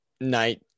night